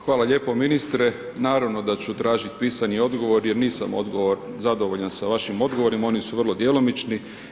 Hvala lijepo ministre, naravno da ću tražiti pisani odgovor jer nisam zadovoljan sa vašim odgovorima, oni su vrlo djelomični.